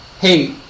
hey